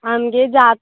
आमगे जात्